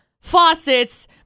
faucets